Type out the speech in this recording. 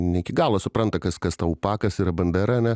ne iki galo supranta kas kas ta pakas yra bandera ane